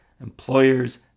employers